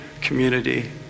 community